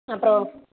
அப்புறோம்